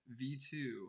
V2